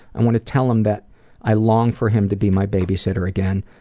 i want to tell him that i long for him to be my babysitter again,